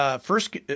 first